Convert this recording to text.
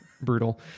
brutal